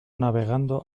navegando